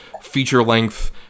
feature-length